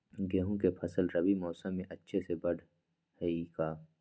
गेंहू के फ़सल रबी मौसम में अच्छे से बढ़ हई का?